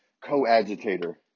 co-agitator